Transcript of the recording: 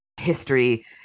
history